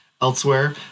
elsewhere